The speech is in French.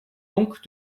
donc